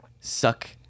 suck